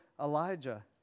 Elijah